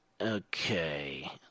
Okay